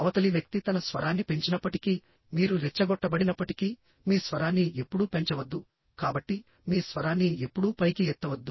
అవతలి వ్యక్తి తన స్వరాన్ని పెంచినప్పటికీ మీరు రెచ్చగొట్టబడినప్పటికీ మీ స్వరాన్ని ఎప్పుడూ పెంచవద్దు కాబట్టి మీ స్వరాన్ని ఎప్పుడూ పైకి ఎత్తవద్దు